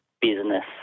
business